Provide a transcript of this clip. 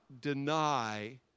deny